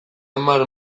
hamar